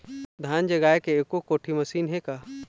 धान जगाए के एको कोठी मशीन हे?